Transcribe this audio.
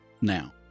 now